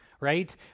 right